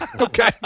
Okay